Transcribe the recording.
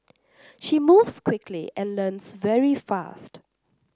she moves quickly and learns very fast